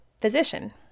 physician